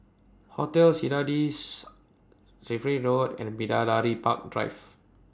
Hotel Citadines Refinery Road and Bidadari Park Drive